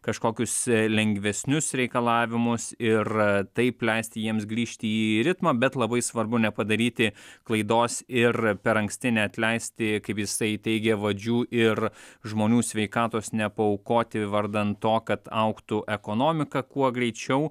kažkokius lengvesnius reikalavimus ir taip leisti jiems grįžti į ritmą bet labai svarbu nepadaryti klaidos ir per anksti neatleisti kaip jisai teigė vadžių ir žmonių sveikatos ne paaukoti vardan to kad augtų ekonomika kuo greičiau